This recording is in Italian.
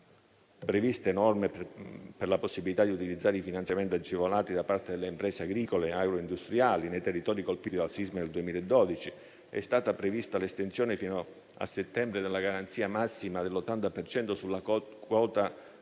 prevista la possibilità di utilizzare i finanziamenti agevolati da parte delle imprese agricole e agroindustriali nei territori colpiti dal sisma del 2012, è stata prevista l'estensione fino a settembre della garanzia massima dell'80 per cento sulla